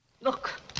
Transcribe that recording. Look